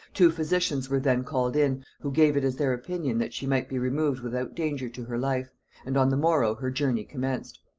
two physicians were then called in, who gave it as their opinion that she might be removed without danger to her life and on the morrow her journey commenced.